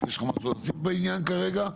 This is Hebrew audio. יש לך משהו להוסיף בעניין כרגע?